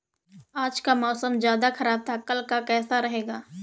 आज का मौसम ज्यादा ख़राब था कल का कैसा रहेगा?